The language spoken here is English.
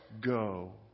go